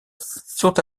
sont